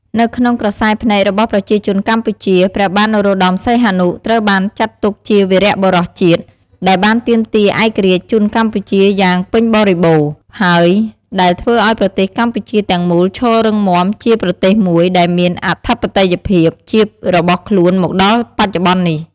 នៅក្នុងក្រសែរភ្នែករបស់ប្រជាជនកម្ពុជា ព្រះបាទនរោត្តមសីហនុ ត្រូវបានចាត់ទុកជាវីរៈបុរសជាតិ ដែលបានទាមទារឯករាជ្យជូនកម្ពុជាយ៉ាងពេញបរិបូរណ៍ ហើយដែលធ្វើឱ្យប្រទេសកម្ពុជាទាំងមូលឈររឹងមាំជាប្រទេសមួយដែលមានអធិបតេយ្យភាពជារបស់ខ្លួនមកដល់បច្ចុប្បន្ននេះ ។